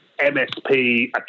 MSP